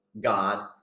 God